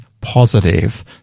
positive